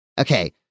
Okay